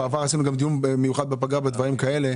בעבר עשינו גם דיון מיוחד בפגרה על דברים כאלה.